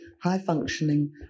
high-functioning